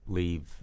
leave